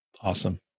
Awesome